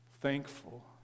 thankful